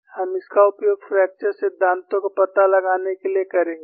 हम इसका उपयोग फ्रैक्चर सिद्धांतों का पता लगाने के लिए करेंगे